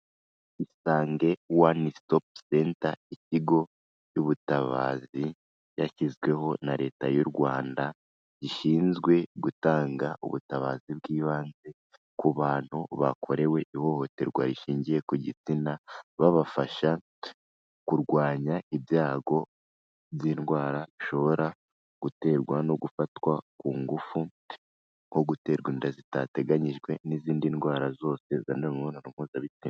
Isange One Stop Center ikigo cy'ubutabazi cyashyizweho na Leta y'u Rwanda, gishinzwe gutanga ubutabazi bw'ibanze ku bantu bakorewe ihohoterwa rishingiye ku gitsina, babafasha kurwanya ibyago by'indwara bishobora guterwa no gufatwa ku ngufu nko guterwa inda zitateganyijwe n'izindi ndwara zose zandurira mu mibonano mpuzabitsina.